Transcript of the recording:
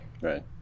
right